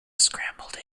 scrambled